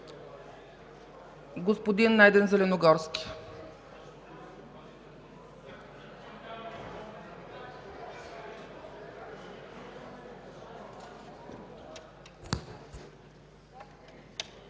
Господин Найден Зеленогорски.